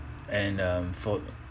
and um for